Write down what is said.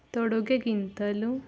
ತೊಡುಗೆಗಿಂತಲೂ